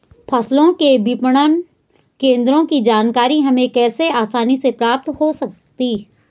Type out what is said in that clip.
फसलों के विपणन केंद्रों की जानकारी हमें कैसे आसानी से प्राप्त हो सकती?